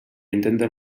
intenten